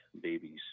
babies